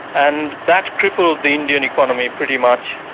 and that crippled the indian economy pretty much,